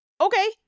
okay